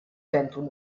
zentrum